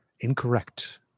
Incorrect